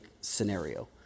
scenario